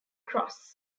cross